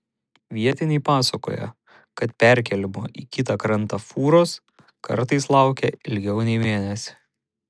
vietiniai pasakoja kad perkėlimo į kitą krantą fūros kartais laukia ilgiau nei mėnesį